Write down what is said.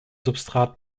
substrat